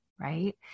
right